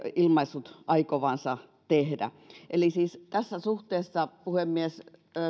ilmaissut aikovansa tehdä tässä suhteessa puhemies